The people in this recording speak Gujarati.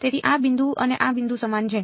તેથી આ બિંદુ અને આ બિંદુ સમાન છે